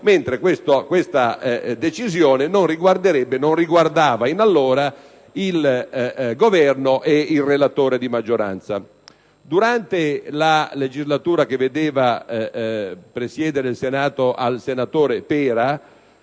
mentre questa decisione non riguardava allora il Governo e il relatore di maggioranza. Durante la legislatura che vedeva presiedere il Senato al collega Pera,